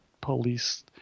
police